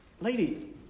lady